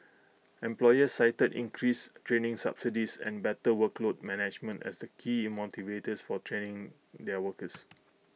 employers cited increased training subsidies and better workload management as the key motivators for training their workers